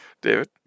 David